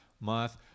month